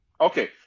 Okay